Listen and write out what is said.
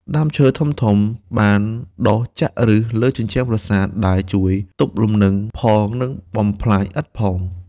ដើមឈើធំៗបានដុះចាក់ប្ឫសលើជញ្ជាំងប្រាសាទ ដែលជួយទប់លំនឹងផង និងបំផ្លាញឥដ្ឋផង។